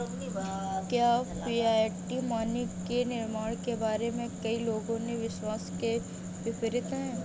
यह fiat money के निर्माण के बारे में कई लोगों के विश्वास के विपरीत है